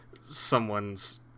someone's